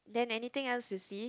then anything else you see